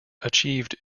achieved